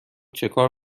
چکار